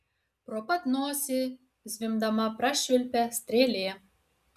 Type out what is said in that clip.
pro pat nosį zvimbdama prašvilpė strėlė